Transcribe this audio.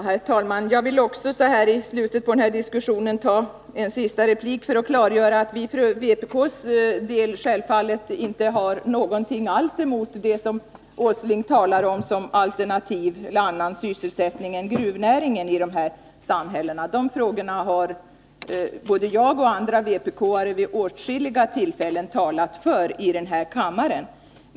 Herr talman! Jag vill också i slutet av diskussionen i en sista replik klargöra att vi för vpk:s del självfallet inte har något alls emot det som Nils Åsling talar om när det gäller alternativ sysselsättning till gruvnäringen i de här samhällena. Alternativ sysselsättning har både jag och andra vpk:are vid åtskilliga tillfällen talat för i den här kammaren.